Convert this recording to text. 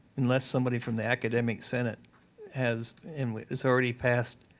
unless somebody from the academic senate has is already passed,